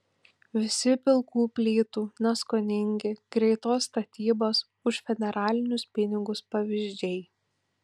visi pilkų plytų neskoningi greitos statybos už federalinius pinigus pavyzdžiai